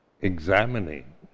examining